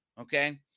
okay